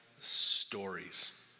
stories